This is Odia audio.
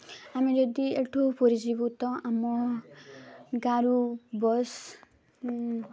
ଆମେ ଯଦି ଏଠୁ ପରିଚାଳିତ ଆମ ଗାଁ'ରୁ ବସ୍